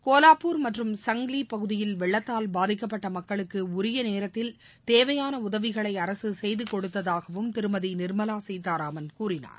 கோலாபூர் மற்றும் சங்லி பகுதியில் வெள்ளத்தால் பாதிக்கப்பட்ட மக்களுக்கு உரிய நேரத்தில் தேவையான உதவிகளை அரசு செய்துகொடுத்ததாகவும் திருமதி நிர்மலா சீதாராமன் கூறினார்